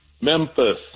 Memphis